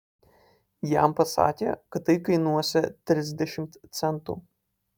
jam pasakė kad tai kainuosią trisdešimt centų